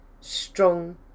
strong